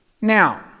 Now